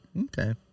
Okay